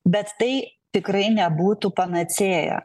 bet tai tikrai nebūtų panacėja